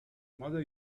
mother